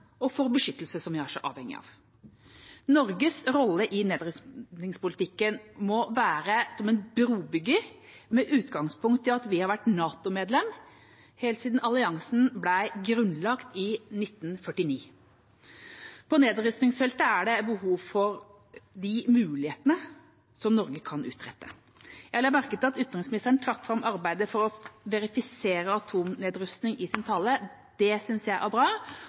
og beskyttelse, som vi er så avhengige av. Norges rolle i nedrustningspolitikken må være som en brobygger, med utgangspunkt i at vi har vært NATO-medlem helt siden alliansen ble grunnlagt i 1949. På nedrustningsfeltet er det behov for de mulighetene som Norge kan utrette. Jeg la merke til at utenriksministeren trakk fram arbeidet for å verifisere atomnedrustning i sin tale. Det synes jeg er bra,